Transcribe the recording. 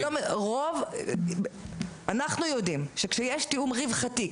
אנחנו יודעים שכשיש תיאום רווחתי,